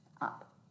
up